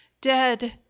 Dead